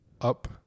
up